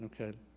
Okay